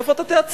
איפה אתה תיעצר?